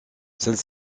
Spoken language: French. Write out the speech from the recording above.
celles